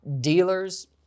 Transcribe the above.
dealers